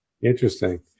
Interesting